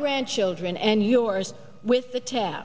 grandchildren and yours with the tab